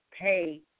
pay